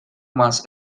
más